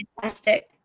fantastic